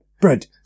bread